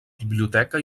biblioteca